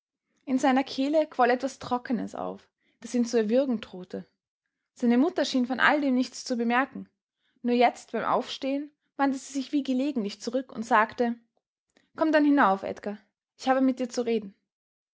in seiner kehle quoll etwas trockenes auf das ihn zu erwürgen drohte seine mutter schien von alldem nichts zu merken nur jetzt beim aufstehen wandte sie sich wie gelegentlich zurück und sagte komm dann hinauf edgar ich habe mit dir zu reden